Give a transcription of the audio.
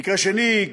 מקרה שני,